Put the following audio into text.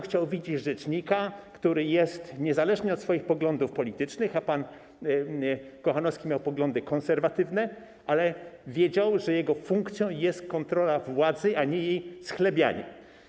Chciałbym widzieć rzecznika, który działał niezależnie od swoich poglądów politycznych, a pan Kochanowski miał poglądy konserwatywne, ale wiedział, że jego funkcją jest kontrola władzy, a nie jej schlebianie.